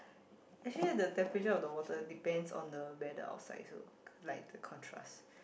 actually the temperature of the water depends on the weather outside like the contrast